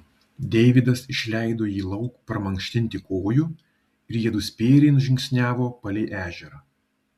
deividas išleido jį lauk pramankštinti kojų ir jiedu spėriai nužingsniavo palei ežerą